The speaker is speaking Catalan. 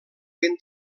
ben